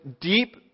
deep